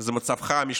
זה מצבך המשפטי,